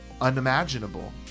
unimaginable